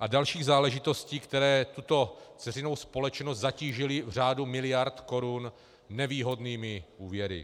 a dalších záležitostí, které tuto dceřinou společnost zatížily v řádu miliard korun nevýhodnými úvěry.